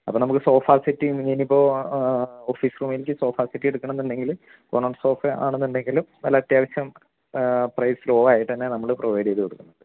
അപ്പോൾ നമുക്ക് sofa settee ഇനി ഇപ്പോൾ ഓഫീസ് റൂമിലേക്ക് സോഫാ സെറ്റിയെട്ക്കണം എന്നുണ്ടെങ്കിൽ സോഫയാണെന്നുണ്ടെങ്കിലും അത്യാവശ്യം പ്രൈസ് ലോവായ്ട്ടന്നെ നമ്മൾ പ്രൊവൈഡ് ചെയ്ത് കൊടുക്കുന്നുണ്ട്